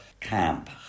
camp